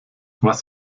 was